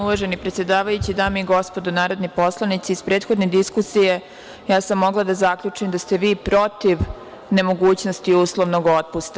Uvaženi predsedavajući, dame i gospodo narodni poslanici, iz prethodne diskusije ja sam mogla da zaključim da ste vi protiv nemogućnosti uslovnog otpusta.